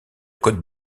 côte